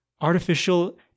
artificial